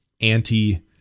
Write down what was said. anti